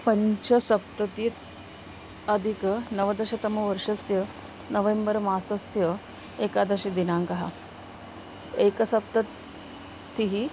पञ्चसप्तति अधिकनवदशतमवर्षस्य नवेम्बर्मासस्य एकादशदिनाङ्कः एकसप्ततिः